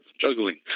juggling